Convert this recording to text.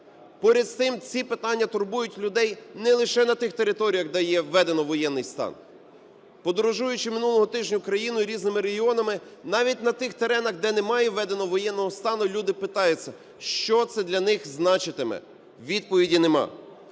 Поряд з тим, ці питання турбують людей не лише на тих територіях, де є введено воєнний стан. Подорожуючи минулого тижня Україною різними регіонами, навіть на тих теренах, де немає введеного воєнного стану люди питаються, що це для них значитиме. Відповіді нема.